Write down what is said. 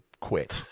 quit